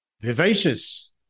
Vivacious